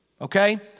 Okay